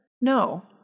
No